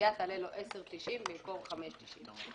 הנסיעה תעלה לו 10.90 שקלים במקום 5.90 שקלים.